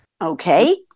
Okay